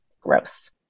gross